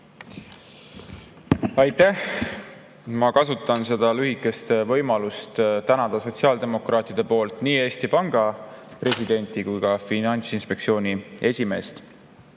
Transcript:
Aitäh! Ma kasutan võimalust tänada sotsiaaldemokraatide poolt nii Eesti Panga presidenti kui ka Finantsinspektsiooni